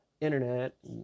internet